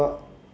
but